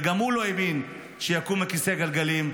וגם הוא לא האמין שהוא יקום מכיסא הגלגלים,